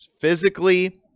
physically